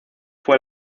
fue